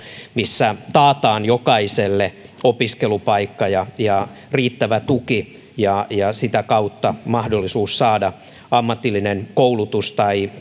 missä taataan jokaiselle opiskelupaikka ja riittävä tuki ja ja sitä kautta mahdollisuus saada ammatillinen koulutus tai